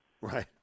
right